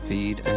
Feed